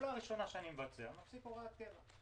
פעולה ראשונה שאני עושה היא להפסיק הוראות קבע.